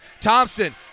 Thompson